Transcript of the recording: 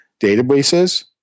databases